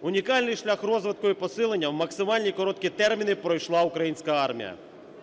унікальний шлях розвитку і посилення у максимально короткі терміни пройшла українська армія.